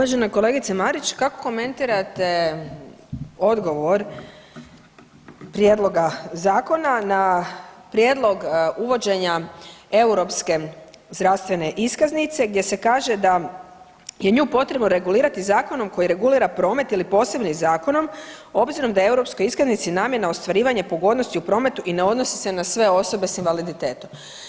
Uvažena kolegice Marić, kako komentirate odgovor prijedloga zakona na prijedlog uvođenja europske zdravstvene iskaznice gdje se kaže da je nju potrebno regulirati zakonom koji regulira promet ili posebnim zakonom obzirom da je europskoj iskaznici namjena ostvarivanje pogodnosti u prometu i ne odnosi se na sve osobe s invaliditetom.